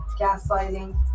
gaslighting